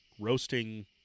Roasting